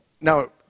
now